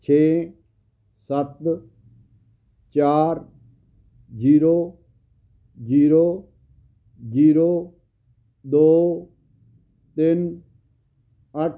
ਛੇ ਸੱਤ ਚਾਰ ਜ਼ੀਰੋ ਜ਼ੀਰੋ ਜ਼ੀਰੋ ਦੋ ਤਿੰਨ ਅੱਠ